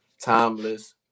timeless